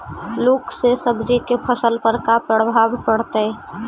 लुक से सब्जी के फसल पर का परभाव पड़तै?